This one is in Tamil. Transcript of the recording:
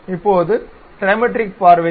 இப்போது டிரிமெட்ரிக் பார்வையில்